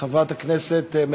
חבר הכנסת אלעזר שטרן לא נמצא,